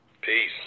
Peace